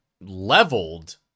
leveled